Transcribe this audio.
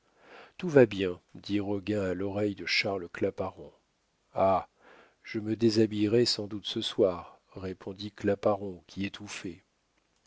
tout va bien dit roguin à l'oreille de charles claparon ah je me déshabillerai sans doute ce soir répondit claparon qui étouffait